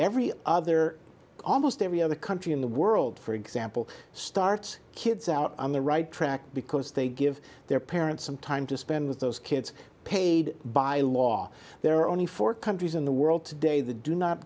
every other almost every other country in the world for example starts kids out on the right track because they give their parents some time to spend with those kids paid by law there are only four countries in the world today the do not